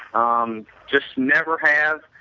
um just never have,